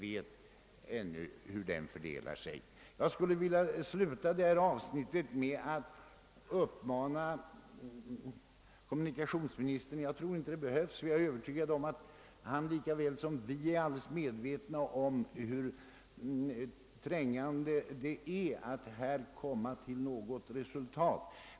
Vi känner nämligen ännu inte till hur kostnaderna fördelar sig. Jag skulle vilja sluta detta avsnitt med att uppmana kommunikationsministern att försöka påskynda pågående utredningar så att vi snarast möjligt kan komma fram till den översyn, som även jag betraktar som absolut oundgänglig.